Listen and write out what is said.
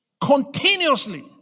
continuously